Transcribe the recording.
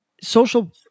social